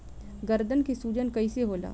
गर्दन के सूजन कईसे होला?